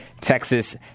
Texas